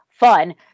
Fun